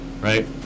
right